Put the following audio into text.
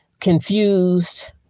confused